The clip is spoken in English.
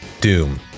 Doom